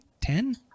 ten